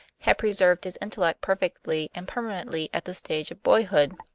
had preserved his intellect perfectly and permanently at the stage of boyhood.